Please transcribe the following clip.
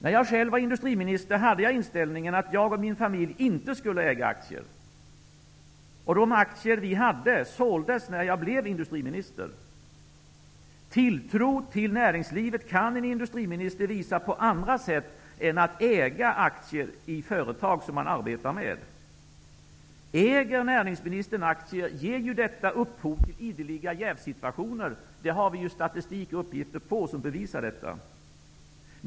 När jag själv var industriminister hade jag inställningen att jag och min familj inte skulle äga aktier. De aktier som vi hade såldes när jag blev industriminister. Tilltro till näringslivet kan en industriminister visa på andra sätt än genom att äga aktier i företag som han arbetar med. Äger näringsministern aktier, ger detta upphov till ideliga jävssituationer. Det finns statistik som bevisar detta.